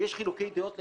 שיש חילוקי דעות לגביהם,